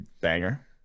banger